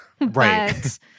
Right